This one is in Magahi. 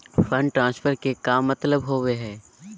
फंड ट्रांसफर के का मतलब होव हई?